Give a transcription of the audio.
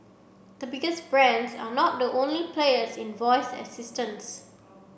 the biggest brands are not the only players in voice assistants